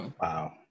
Wow